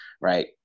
right